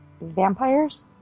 Vampires